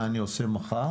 מה אני עושה מחר